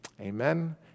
Amen